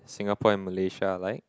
Singapore and Malaysia like